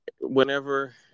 whenever